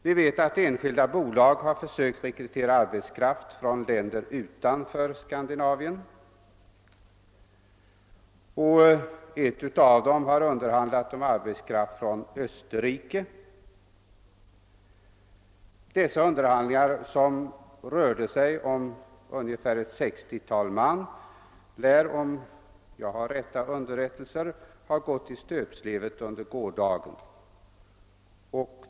Vi vet att enskilda bolag har försökt rekrytera arbetskraft från länder utanför Skandinavien. Ett av bolagen har underhandlat om arbetskraft från Österrike. Dessa underhandlingar — det gällde ett sextiotal man — gick, om jag är riktigt underrättad, i stöpet under gårdagen.